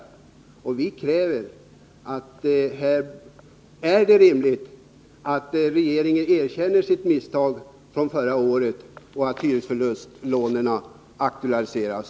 Här är det rimligt att regeringen erkänner sitt misstag förra året och att hyresförlustlånen åter aktualiseras.